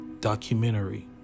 documentary